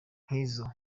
nk’izo